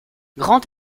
grand